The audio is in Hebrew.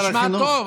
הוא נשמע טוב,